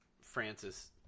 Francis